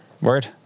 Word